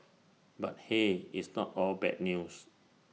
but hey it's not all bad news